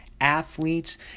athletes